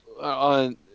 On